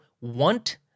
want